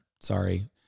Sorry